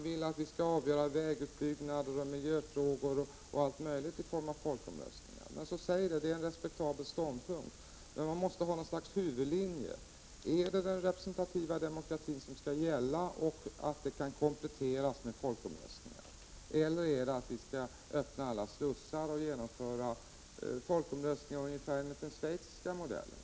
Vill han att vi skall avgöra vägutbyggnader, miljöfrågor och allt möjligt annat med hjälp av folkomröstningar, är det en respektabel synpunkt, men då skall han säga det. Han måste ha något slags huvudlinje. Är det den representativa demokratin som skall gälla, kompletterad med folkomröstningar, eller skall vi öppna alla slussar och genomföra folkomröstningar ungefär efter den schweiziska modellen?